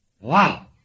Wow